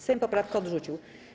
Sejm poprawkę odrzucił.